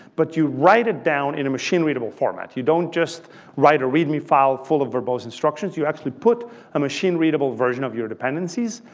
but you write it down in a machine-readable format. you don't just write a readme file full of verbose instructions. you actually put a machine-readable version of your dependencies.